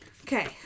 Okay